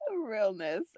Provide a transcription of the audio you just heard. Realness